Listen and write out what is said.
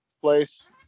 place